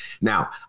Now